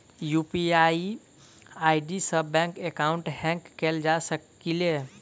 की UPI ID सऽ bank account hack कैल जा सकलिये?